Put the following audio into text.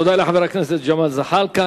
תודה לחבר הכנסת ג'מאל זחאלקה.